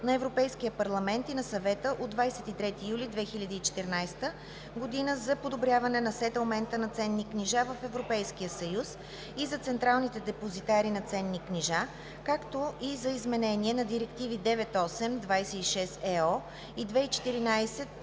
на Европейския парламент и на Съвета от 23 юли 2014 г. за подобряване на сетълмента на ценни книжа в Европейския съюз и за централните депозитари на ценни книжа, както и за изменение на директиви 98/26/ЕО и 2014/65/ЕС